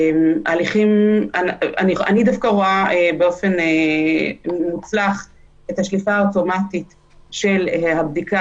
אני דווקא רואה באופן מוצלח את השליפה האוטומטית של הבדיקה